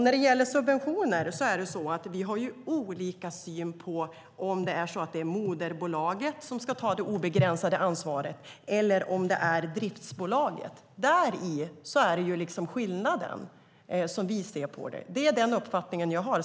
När det gäller subventioner har vi olika syn på om det är så att det är moderbolaget som ska ta det obegränsade ansvaret eller om det är driftsbolaget. Däri är skillnaden som vi ser det. Det är den uppfattningen jag har.